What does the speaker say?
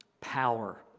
power